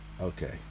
okay